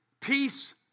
Peace